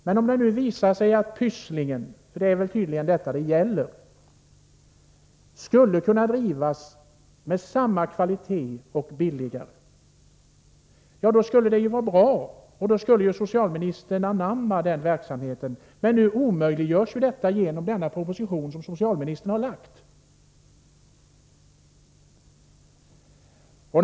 Men om det visar sig att Pysslingen, för det är tydligen detta det gäller, skulle kunna drivas så att omsorgen blev av samma kvalitet som i kommunala daghem och billigare, då skulle det väl vara bra och då skulle socialministern anamma den verksamheten. Men nu omöjliggörs detta genom den proposition som socialministern har lagt fram.